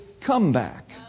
comeback